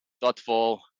thoughtful